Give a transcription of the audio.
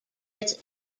its